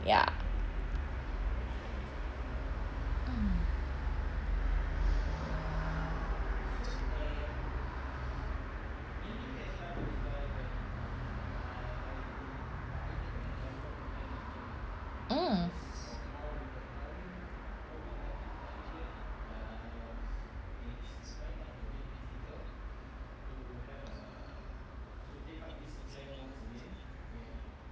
ya um mm